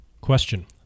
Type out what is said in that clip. Question